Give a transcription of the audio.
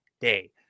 day